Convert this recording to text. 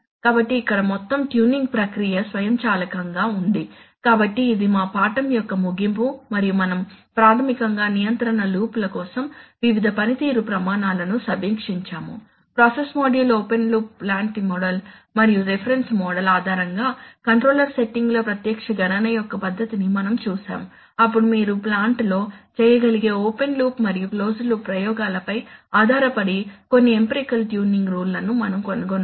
కాబట్టి ఇక్కడ మొత్తం ట్యూనింగ్ ప్రక్రియ స్వయంచాలకంగా ఉంది కాబట్టి ఇది మా పాఠం యొక్క ముగింపు మరియు మనం ప్రాథమికంగా నియంత్రణ లూప్ ల కోసం వివిధ పనితీరు ప్రమాణాల ను సమీక్షించాము process module open loop plant model మరియు రిఫరెన్స్ మోడల్ ఆధారంగా కంట్రోలర్ సెట్టింగుల ప్రత్యక్ష గణన యొక్క పద్ధతిని మనం చూశాము అప్పుడు మీరు ప్లాంట్ లో చేయగలిగే ఓపెన్ లూప్ మరియు క్లోజ్డ్ లూప్ ప్రయోగాలపై ఆధారపడిన కొన్ని ఎంపెరికల్ ట్యూనింగ్ రూల్ లను మనం కనుగొన్నాము